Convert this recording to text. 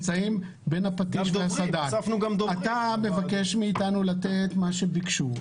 אתה מבקש מאתנו לתת מה שביקשו.